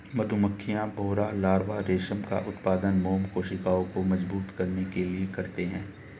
मधुमक्खियां, भौंरा लार्वा रेशम का उत्पादन मोम कोशिकाओं को मजबूत करने के लिए करते हैं